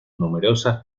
numerosas